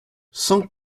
cent